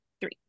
three